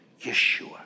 Yeshua